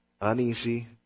uneasy